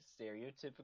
stereotypical